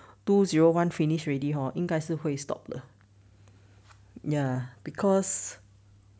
two zero one finished already hor 应该是会 stop 的 ya because